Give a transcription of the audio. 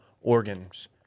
organs